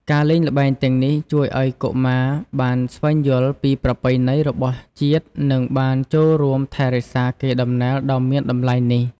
ការលេងល្បែងទាំងនេះជួយឲ្យកុមារបានស្វែងយល់ពីប្រពៃណីរបស់ជាតិ និងបានចូលរួមថែរក្សាកេរដំណែលដ៏មានតម្លៃនេះ។